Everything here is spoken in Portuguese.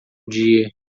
dia